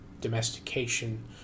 domestication